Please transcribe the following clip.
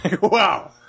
Wow